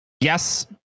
yes